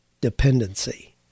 dependency